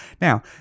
now